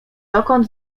dokąd